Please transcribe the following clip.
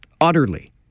utterly